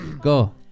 Go